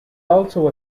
also